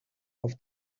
auf